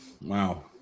Wow